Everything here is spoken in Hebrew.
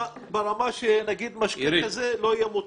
ברמה שנגיד משקה כזה לא יהיה מותר.